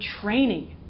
training